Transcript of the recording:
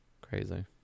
Crazy